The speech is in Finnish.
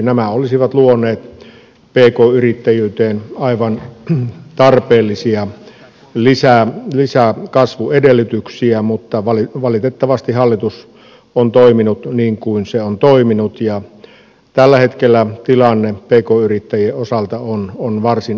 nämä asiat olisivat luoneet pk yrittäjyyteen aivan tarpeellisia lisäkasvuedellytyksiä mutta valitettavasti hallitus on toiminut niin kuin se on toiminut ja tällä hetkellä tilanne pk yrittäjien osalta on varsin ongelmallinen